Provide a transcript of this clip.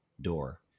door